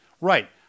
Right